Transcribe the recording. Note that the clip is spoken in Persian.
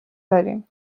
داریم